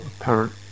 apparent